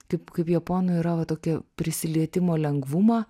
kaip kaip japonų yra va tokį prisilietimo lengvumą